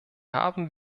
haben